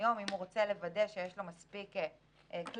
אם הוא רוצה לוודא שיש לו מספיק כלי